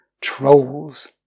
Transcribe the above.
Trolls